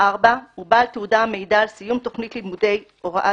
הוא בעל תעודה המעידה על סיום תכנית ללימודי הוראת